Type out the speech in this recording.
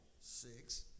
six